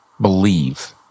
believe—